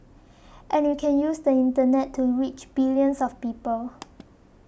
and you can use the Internet to reach billions of people